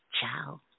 Ciao